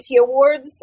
Awards